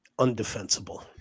undefensible